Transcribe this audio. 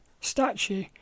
statue